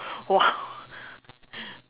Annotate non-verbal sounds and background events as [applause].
!wow! [laughs]